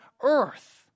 earth